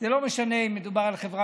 זה לא משנה אם מדובר על חברה